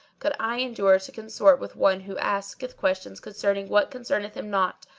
could i endure to consort with one who asketh questions concerning what concerneth him not,